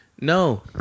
No